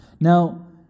Now